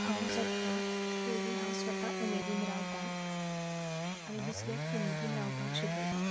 हांव जगपाक पयली हांव स्वता उमेदीन रावता आनी दुसऱ्याक उमेदीन रावपाक शिकयता